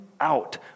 out